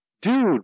dude